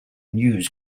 news